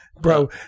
Bro